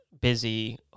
busy